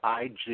IG